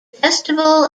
festival